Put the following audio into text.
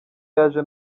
yaje